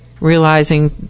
realizing